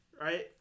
right